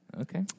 Okay